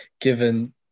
given